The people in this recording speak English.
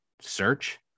search